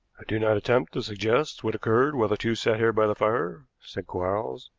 i do not attempt to suggest what occurred while the two sat here by the fire, said quarles,